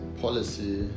policy